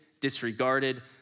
disregarded